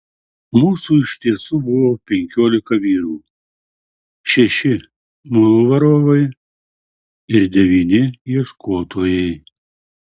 mūsų iš tiesų buvo penkiolika vyrų šeši mulų varovai ir devyni ieškotojai